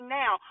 now